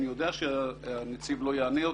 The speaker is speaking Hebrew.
אני יודע שהנציב לא יענה יותר,